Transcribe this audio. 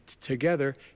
together